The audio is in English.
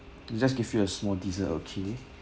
just give you a small dessert okay